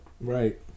Right